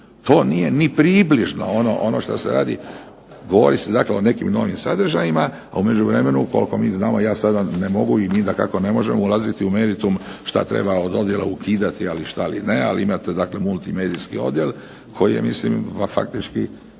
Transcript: to nije ni približno onome što se radi. Govori se dakle o nekim novim sadržajima, a u međuvremenu koliko mi znamo, ja sad ne mogu i mi dakako ne možemo ulaziti u meritum što treba od dojela ukidati, a što ne, ali imate multimedijski odjel koji je mislim faktički